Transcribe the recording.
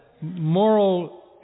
Moral